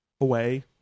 Away